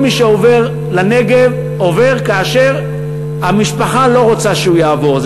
כל מי שעובר לנגב, המשפחה לא רוצה שהוא יעבור.